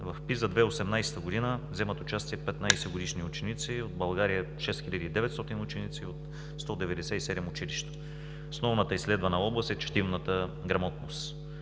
В PISA 2018 г. вземат участие 15-годишни ученици от България – 6 хиляди 900 ученици от 197 училища. Основната изследвана област е четивната грамотност.